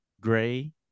gray